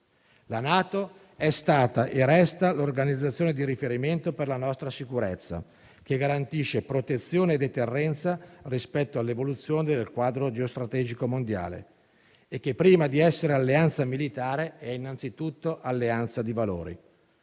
La NATO è stata e resta l'organizzazione di riferimento per la nostra sicurezza, che garantisce protezione e deterrenza rispetto all'evoluzione del quadro geostrategico mondiale e che, prima di essere alleanza militare, è innanzitutto alleanza di valori.